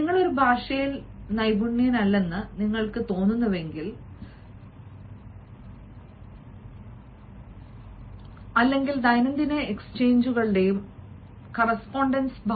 നിങ്ങൾ ഒരു ഭാഷയിൽ നൈപുണ്യമില്ലെന്ന് നിങ്ങൾക്ക് തോന്നുന്നുവെങ്കിൽ അല്ലെങ്കിൽ ദൈനംദിന എക്സ്ചേഞ്ചുകളുടെയും മറ്റെല്ലാവരുടെയും